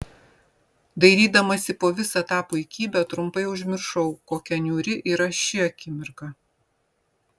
dairydamasi po visą tą puikybę trumpai užmiršau kokia niūri yra ši akimirka